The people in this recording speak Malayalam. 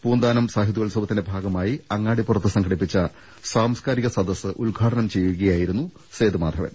പൂന്താനം സാഹിത്യോത്സവത്തിന്റെ ഭാഗ മായി അങ്ങാടിപ്പുറത്ത് സംഘടിപ്പിച്ച സാംസ്കാരിക സദസ് ഉദ്ഘാ ടനം ചെയ്യുകയായിരുന്നു സേതുമാധവൻ